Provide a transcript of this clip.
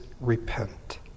repent